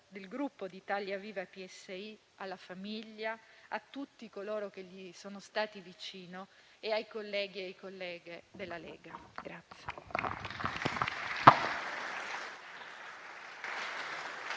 del Gruppo Italia Viva-PSI alla famiglia, a tutti coloro che gli sono stati vicino e ai colleghi e alle colleghe della Lega.